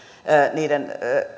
niiden